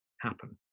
happen